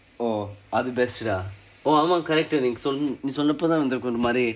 oh அது:athu best dah oh ஆமாம்:aamaam correct நீ சொன்ன நீ சொன்ன போது தான் கொஞ்ச மாதிரி:nii sonna nii sonna poothu thaan konjsa maathiri